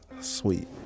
Sweet